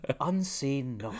unseen